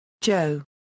Joe